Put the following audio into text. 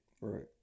Right